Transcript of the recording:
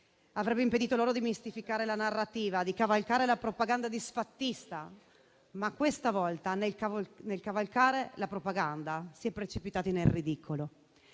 Avrebbe impedito loro di mistificare la narrativa e di cavalcare la propaganda disfattista. Questa volta, però, nel cavalcare la propaganda si è precipitati nel ridicolo,